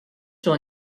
sur